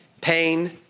pain